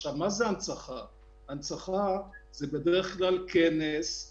אחת הזכויות שנפלו בחלקי כחבר כנסת